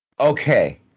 Okay